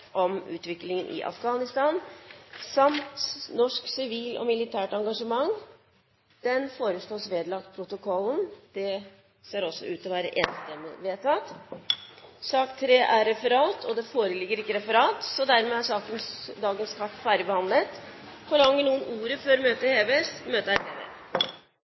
om utviklingen i Afghanistan samt norsk sivilt og militært engasjement vedlegges protokollen. – Det anses vedtatt. Det foreligger ikke noe referat. Dermed er dagens kart ferdigbehandlet. Forlanger noen ordet før møtet heves? – Møtet er hevet.